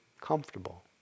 comfortable